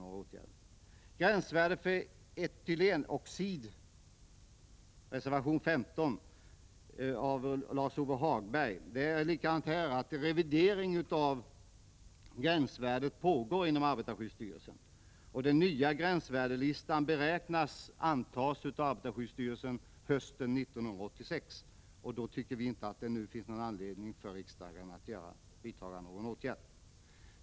När det gäller gränsvärdet för etylenoxid, som tas upp i reservation 15 av Lars-Ove Hagberg, vill jag säga att det inom arbetarskyddsstyrelsen pågår en revidering av de hygieniska gränsvärdena. Den nya gränsvärdelistan beräknas antas av arbetarskyddsstyrelsen hösten 1986. Därför anser vi inte att det nu finns någon anledning för riksdagen att vidta några åtgärder.